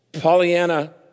Pollyanna